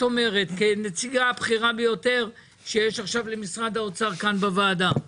אומרת כנציגה הבכירה ביותר שיש עכשיו למשרד האוצר כאן בוועדה.